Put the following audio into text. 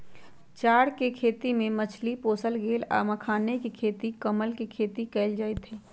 चौर कें खेती में मछरी पोशल गेल आ मखानाके खेती कमल के खेती कएल जाइत हइ